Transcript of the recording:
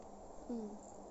mm